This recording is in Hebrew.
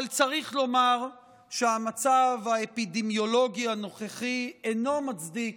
אבל צריך לומר שהמצב האפידמיולוגי הנוכחי אינו מצדיק